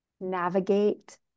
navigate